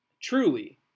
truly